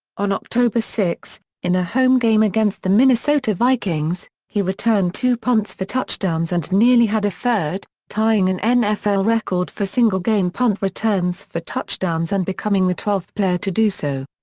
on october six in a home game against the minnesota vikings, he returned two punts for touchdowns and nearly had a third, tying an nfl record for single-game punt returns for touchdowns and becoming the twelfth player to do so.